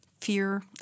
fear